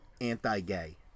Anti-gay